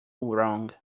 wrong